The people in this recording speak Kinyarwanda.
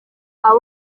abo